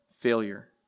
failure